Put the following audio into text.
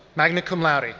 magna cum laude.